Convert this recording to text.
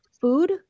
food